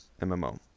MMO